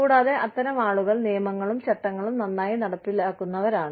കൂടാതെ അത്തരം ആളുകൾ നിയമങ്ങളും ചട്ടങ്ങളും നന്നായി നടപ്പിലാക്കുന്നവരാണ്